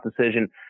decision